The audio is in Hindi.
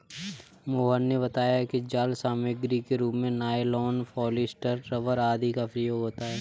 मोहन ने बताया कि जाल सामग्री के रूप में नाइलॉन, पॉलीस्टर, रबर आदि का प्रयोग होता है